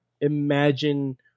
imagine